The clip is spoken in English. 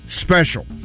special